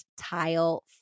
tile